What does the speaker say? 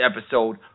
episode